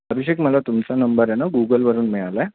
अभिषेक मला तुमचा नंबर आहे ना गुगलवरून मिळाला आहे